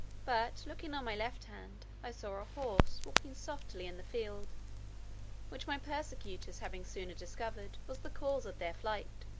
but looking on my left hand, i saw a horse walking softly in the field which my persecutors having sooner discovered, was the cause of their flight.